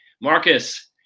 Marcus